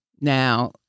Now